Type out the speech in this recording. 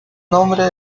nombre